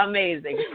Amazing